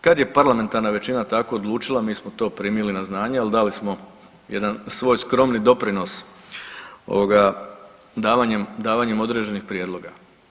Kad je parlamentarna većina tako odlučila mi smo to primili na znanje ali dali smo jedan svoj skromni doprinos ovoga davanjem, davanjem određenih prijedloga.